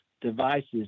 devices